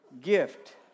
Gift